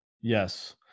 Yes